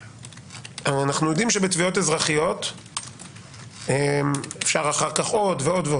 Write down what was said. אנחנו יודעים שבתביעות אזרחיות אפשר אחר כך עוד ועוד.